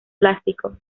plástico